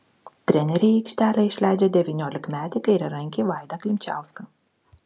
treneriai į aikštelę išleidžia devyniolikmetį kairiarankį vaidą klimčiauską